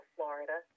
Florida